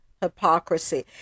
hypocrisy